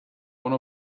one